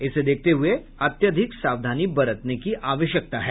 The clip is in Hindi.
इसे देखते हुए अत्यधिक सावधानी बरतने की आवश्यकता है